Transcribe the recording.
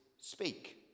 speak